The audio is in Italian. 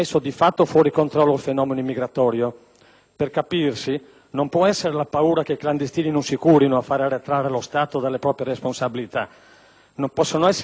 Per capirsi: non può essere la paura che i clandestini non si curino a far arretrare lo Stato dalle proprie responsabilità. Non possono essere i clandestini a decidere la politica dello Stato.